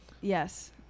Yes